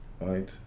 right